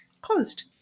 Closed